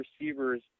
receivers